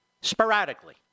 sporadically